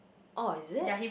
oh is it